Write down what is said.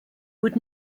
would